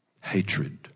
Hatred